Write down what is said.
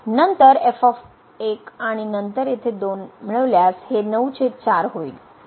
नंतर f आणि नंतर येथे 2 जोडल्यास हे 94 होईल